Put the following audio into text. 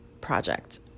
project